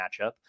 matchup